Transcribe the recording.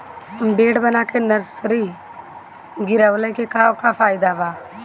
Bed बना के nursery गिरवले के का फायदा बा?